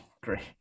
Great